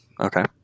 Okay